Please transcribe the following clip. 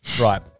Right